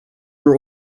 are